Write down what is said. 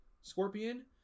Scorpion